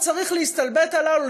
אז צריך להסתלבט עליו,